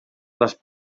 les